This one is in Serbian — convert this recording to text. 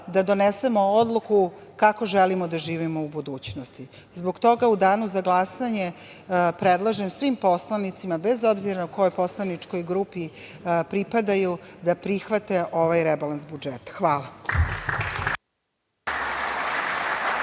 da donesemo odluku kako želimo da živimo u budućnosti. Zbog toga u danu za glasanje predlažem svim poslanicima, bez obzira kojoj poslaničkoj grupi pripadaju, da prihvate ovaj rebalans budžeta. Hvala.